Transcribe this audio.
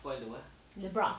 the broth